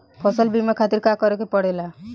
फसल बीमा खातिर का करे के पड़ेला?